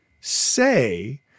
say